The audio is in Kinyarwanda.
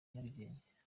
nyarugenge